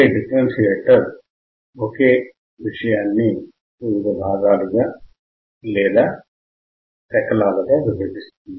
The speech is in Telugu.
డిఫరెన్షియేటర్ ఒకే విషయాన్ని వివిధ భాగాలు లేదా శకలాలుగా విభజిస్తుంది